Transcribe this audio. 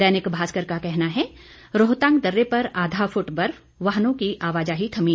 दैनिक भास्कर का कहना है रोहतांग दर्रे पर आधा फुट बर्फ वाहनों की आवाजाही थमी